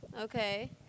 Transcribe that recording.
Okay